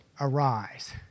arise